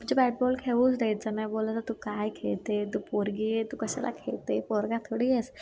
म्हणजे bat ball खेळूच द्यायचा नाही बोलायचा तू काय खेळते तू पोरगी आहे तू कशाला खेळते पोरगा थोडी आहेस